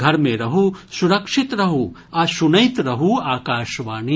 घर मे रहू सुरक्षित रहू आ सुनैत रहू आकाशवाणी